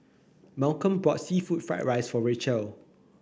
Malcolm bought seafood Fried Rice for Rachelle